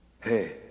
Hey